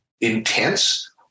intense